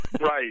Right